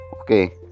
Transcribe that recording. Okay